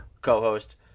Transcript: co-host